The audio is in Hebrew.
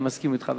אני מסכים אתך.